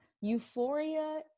Euphoria